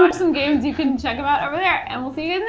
but some games, you can check them out over there, and we'll see and